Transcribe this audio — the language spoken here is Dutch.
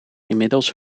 inmiddels